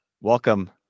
welcome